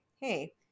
hey